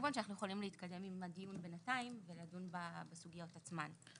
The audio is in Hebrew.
כמובן שאנחנו יכולים להתקדם עם הדיון בינתיים ולדון בסוגיות עצמן.